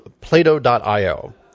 Plato.io